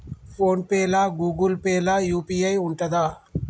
Phone pay లా Google Pay లా UPI ఉంటదా?